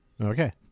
Okay